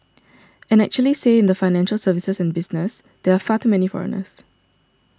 and actually say in the financial services and business there are far too many foreigners